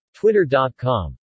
Twitter.com